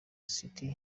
city